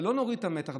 ולא נוריד את המתח,